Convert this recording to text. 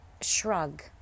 shrug